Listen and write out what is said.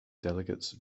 delegates